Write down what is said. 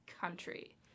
country